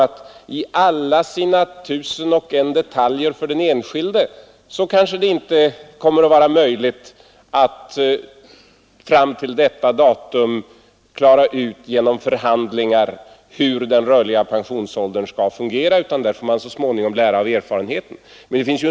Jag kan hålla med herr Fälldin om att det kanske inte kommer att vara möjligt att fram till detta datum klara ut genom förhandlingar hur den rörliga pensionsåldern skall fungera i alla sina tusen och en detaljer för den enskilde. Man får så småningom lära av erfarenheten.